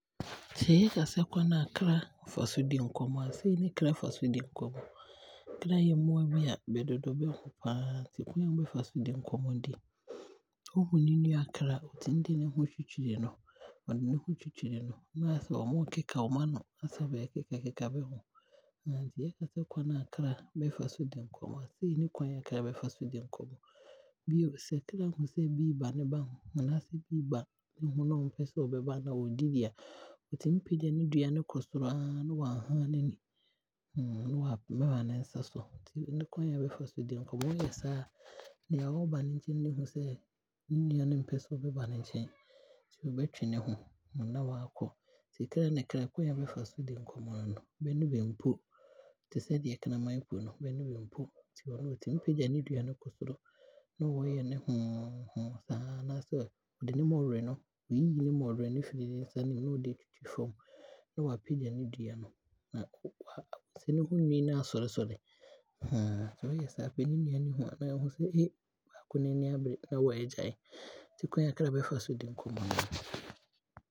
Sɛ yɛka sɛ kwane a kra fa so di nkɔmmɔ a, sei ne kra fa so di nkɔmmɔ. kra yɛ mmoa bi a bɛdodɔ bɛho paa nti kwane a bɛfa so di nkɔmmɔ die, ɔhu ne nua kra a, ɔtumi de ne ho twitwi no, ɔde ne ho twitwiritwitwiri no na aasɛ ɔmo ɛɛkeka ɔmo ano, asɛ bɛkeka bɛ ho. Nti yɛka sɛ kwane a kra fa so di nkɔmmɔ a sei ne kwane a kra bɛfa so di nkɔmmɔ. Bio sɛ kra hu sɛ bi eeba ne ba ho a, anaasɛ bi eeba ne ho na ɔmpɛ sɛ ɔbɛba a, anaa ɔɔdidi a, ɔtumi pagya ne dua kɔ soro aa na waa han n'ani na waa ma ne nsa so. Nti kwane a bɛfa so di nkɔmmɔ, ɛbasaa nea ɔɔba no hu sɛɛne nua no mpɛ sɛ ɔbɛba ne nkyene nti ɔtwe ne ho na waakɔ. Nti kra ne kra, kwane a bɛfa so di nkɔmmɔ no no. Bɛ no bɛmpo, te sɛ deɛ kramane ɛpo no, bɛno bɛmpo, nti ɔno ɔtumi pagya ne dua no kɔ soro na ɔɔyɛ ne hmm hmmm saa anaasɛ, ɔde ne bɔwerɛ no, ɔyiyi ne bɔwerɛ no firi ne nsa no mu na ɔde aatwitwi fam na waapagya ne dua no na waa wobɛhu sɛ ne ho nwii no aasɔre sɔre ɔyɛ saa pɛ na ne nua no aahu sɛ eeei! baako no ani abere na waagyae. Nti kwane a kra bɛfa so di nkɔmmɔ no no.